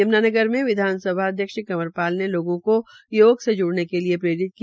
यमूनानगर में विधानसभा अध्यक्ष कंवर पाल ने लोगों को योग से जूड़ने के लिये प्रेरित किया